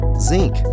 zinc